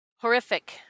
Horrific